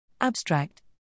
Abstract